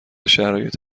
شرایط